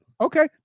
Okay